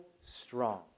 strong